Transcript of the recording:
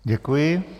Děkuji.